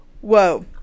Whoa